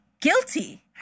Guilty